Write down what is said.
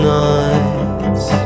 nights